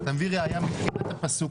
אתה מביא ראיה מתחילת הפסוק,